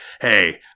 hey